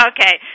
Okay